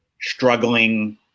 struggling